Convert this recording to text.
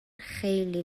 خیلی